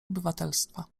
obywatelstwa